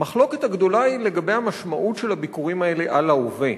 המחלוקת הגדולה היא לגבי המשמעות של הביקורים האלה להווה.